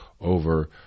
over